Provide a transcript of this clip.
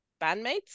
bandmates